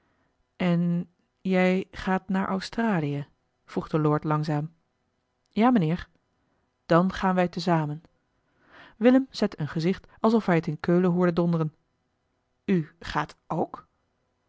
en jij gaat naar australië vroeg de lord langzaam ja mijnheer dan gaan wij te zamen willem zette een gezicht alsof hij t in keulen hoorde donderen u gaat ook